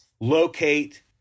locate